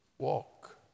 walk